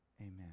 amen